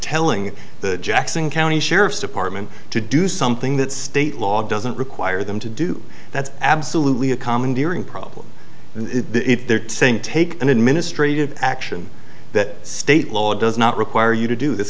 telling the jackson county sheriff's department to do something that state law doesn't require them to do that's absolutely a commandeering problem and it they're saying take an administrative action that state law does not require you to do this